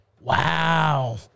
Wow